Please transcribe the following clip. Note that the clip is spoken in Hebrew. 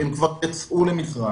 הם כבר יצאו למכרז,